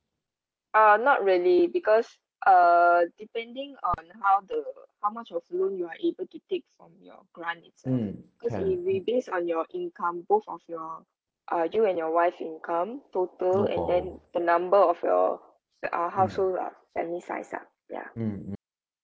uh not really because uh depending on how the how much of loan you are able to take from your grant itself cause if we based on your income both of your uh you and your wife income total and then the number of your uh household lah family size lah ya